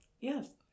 Yes